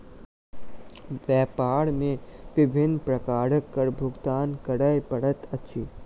व्यापार मे विभिन्न प्रकारक कर भुगतान करय पड़ैत अछि